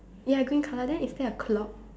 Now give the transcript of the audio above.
ya green colour then is there a clock